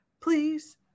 Please